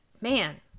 man